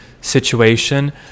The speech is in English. situation